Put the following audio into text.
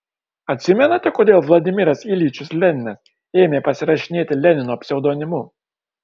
atsimenate kodėl vladimiras iljičius leninas ėmė pasirašinėti lenino pseudonimu